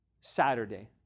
Saturday